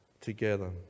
together